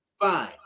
fine